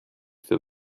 für